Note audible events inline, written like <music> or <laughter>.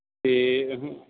ਤੇ <unintelligible>